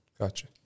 Gotcha